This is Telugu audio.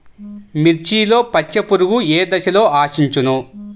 మిర్చిలో పచ్చ పురుగు ఏ దశలో ఆశించును?